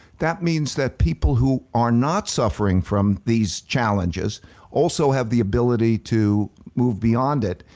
that means that people who are not suffering from these challenges also have the ability to move beyond it.